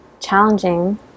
challenging